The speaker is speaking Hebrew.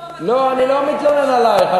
לא מתלונן עלייך.